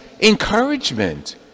encouragement